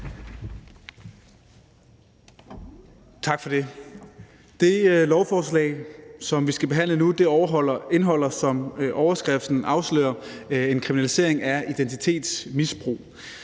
Tak for det. Det lovforslag, som vi skal behandle nu, indeholder, som overskriften afslører, en kriminalisering af identitetsmisbrug.